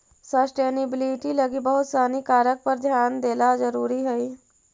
sustainability लगी बहुत सानी कारक पर ध्यान देला जरुरी हई